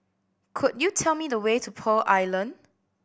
could you tell me the way to Pearl Island